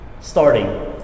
starting